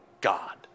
God